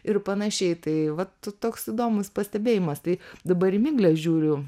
ir panašiai tai vat toks įdomus pastebėjimas tai dabar į miglė žiūriu